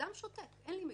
אדם שותק, אין לי מידע.